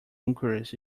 inquiries